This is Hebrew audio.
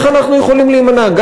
איך אנחנו יכולים להימנע,